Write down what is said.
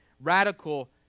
radical